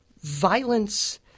violence